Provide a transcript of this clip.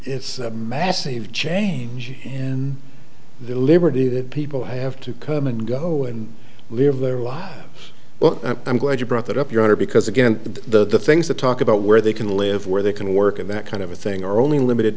it's a massive change and deliberative people have to come and go and live their lives well i'm glad you brought that up your honor because again the things that talk about where they can live where they can work and that kind of thing are only limited